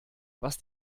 was